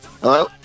hello